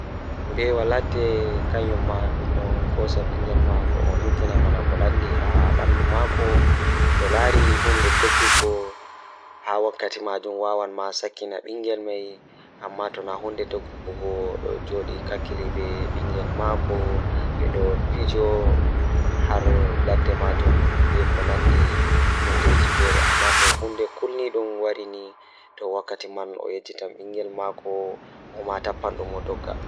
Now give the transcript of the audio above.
Handai a waira malla Plastik ɗum waɗi faaɓnude ngam ina waɗi bonanɗe baɗe nden ko moƴƴi e daguɗe. Ina waawaa faama ladde e ndiyam, tawi bonanɗe maɓɓe ina waɗa waɗde njulirde. Kono, jokkondirde goɗɗum wawa nde ina njiɗɗaade les maa, walla paykoye waɗere e jaltinde ngal.